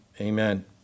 Amen